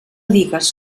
digues